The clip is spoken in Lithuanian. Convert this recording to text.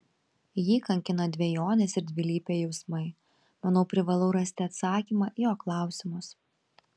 jį kankina dvejonės ir dvilypiai jausmai manau privalau rasti atsakymą į jo klausimus